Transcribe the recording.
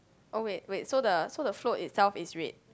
oh wait wait so the so the float itself is red